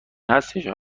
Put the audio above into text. هستش